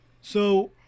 So-